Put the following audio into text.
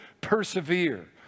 persevere